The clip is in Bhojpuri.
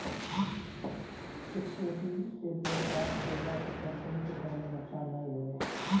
इक्विटी से व्यापार कईला से कंपनी के कवनो नुकसान नाइ हवे